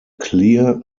clear